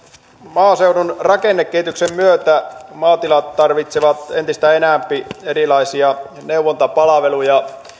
maaseudun rakennekehityksen myötä maatilat tarvitsevat entistä enempi erilaisia neuvontapalveluja